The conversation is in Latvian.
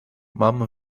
mamma